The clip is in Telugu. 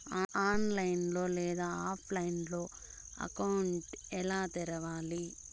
ఆన్లైన్ లేదా ఆఫ్లైన్లో అకౌంట్ ఎలా తెరవాలి